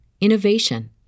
innovation